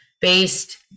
based